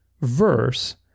verse